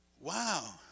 wow